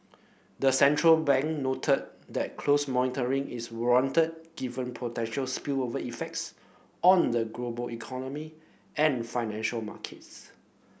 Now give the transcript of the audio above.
the central bank noted that close monitoring is warranted given potential spillover effects on the global economy and financial markets